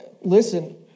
Listen